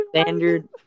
standard